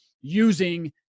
using